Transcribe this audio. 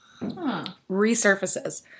resurfaces